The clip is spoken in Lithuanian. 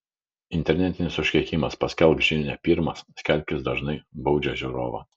internetinis užkeikimas paskelbk žinią pirmas skelbkis dažnai baudžia žiūrovą